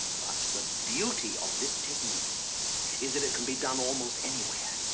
but the beauty of this technique is that it can be done almost anywhere,